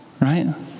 right